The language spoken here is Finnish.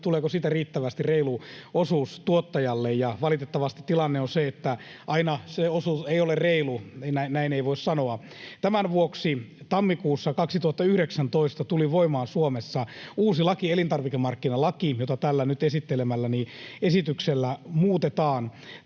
tuleeko siitä riittävästi, reilu osuus tuottajalle. Valitettavasti tilanne on se, että aina se osuus ei ole reilu, näin ei voi sanoa. Tämän vuoksi tammikuussa 2019 tuli voimaan Suomessa uusi laki, elintarvikemarkkinalaki, jota tällä nyt esittelemälläni esityksellä muutetaan.